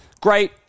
Great